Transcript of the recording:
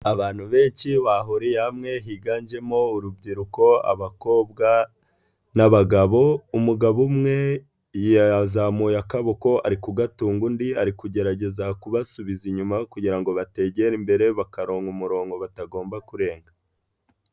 Abantu benshi bahuriye hamwe higanjemo urubyiruko abakobwa n'abagabo, umugabo umwe yazamuye akaboko ari kugatunga undi ari kugerageza kubasubiza inyuma kugira ngo bategera imbere bakaronka umurongo batagomba kurenga.